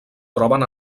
troben